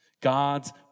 God's